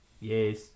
Yes